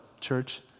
church